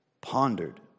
pondered